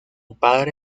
padre